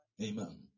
amen